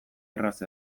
erraz